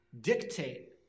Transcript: dictate